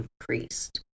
increased